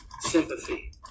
sympathy